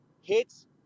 hits